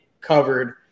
covered